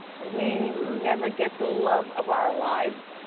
we never get the love of our lives.